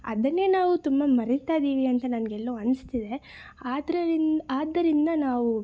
ಅದನ್ನೇ ನಾವು ತುಂಬ ಮರಿತಾ ಇದ್ದೀವಿ ಅಂತ ನನಗೆಲ್ಲೋ ಅನಿಸ್ತಿದೆ ಆದ್ದರಿಂದ ನಾವು